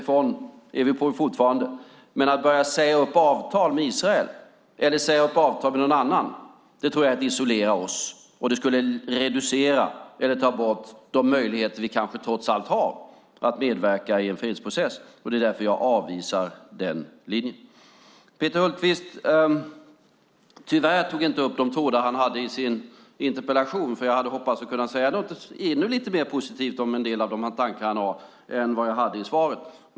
Jo, säga ifrån gör vi fortfarande, men att börja säga upp avtal med Israel eller med någon annan tror jag är att isolera oss. Det skulle reducera eller ta bort de möjligheter vi kanske trots allt har att medverka i en fredsprocess, och det är därför jag avvisar den linjen. Peter Hultqvist tog tyvärr inte upp de trådar han hade i sin interpellation. Jag hade hoppats kunna säga något ännu lite mer positivt om en del av hans tankar än vad jag hade med i svaret.